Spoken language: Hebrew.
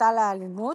הסתה לאלימות,